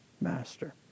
master